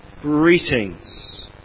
Greetings